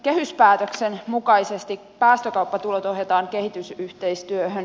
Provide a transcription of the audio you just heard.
kehyspäätöksen mukaisesti päästökauppatulot ohjataan kehitysyhteistyöhön